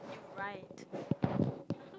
right